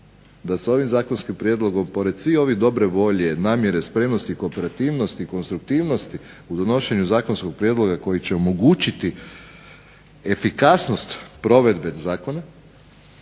da s ovim zakonskim prijedlogom pored svih ovih dobre volje, namjere, spremnosti, kooperativnosti, konstruktivnosti u donošenju zakonskog prijedloga koji će omogućiti efikasnost provedbe zakona,